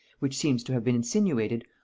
which seems to have been insinuated,